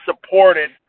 supported